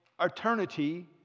eternity